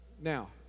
Now